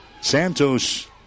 Santos